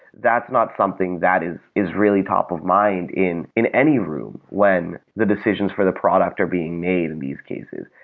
that's not something that is is really top of mind in in any room when the decisions for the product are being made in these cases.